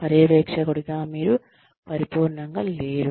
పర్యవేక్షకుడిగా మీరు పరిపూర్ణంగా లేరు